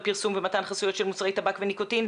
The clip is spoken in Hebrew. פרסום ומתן חסויות של מוצרי טבק וניקוטין,